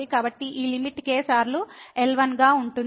కాబట్టి ఈ limit k సార్లు L1 గా ఉంటుంది